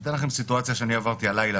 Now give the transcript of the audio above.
אני אתאר לכם סיטואציה שאני עברתי הלילה